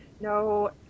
no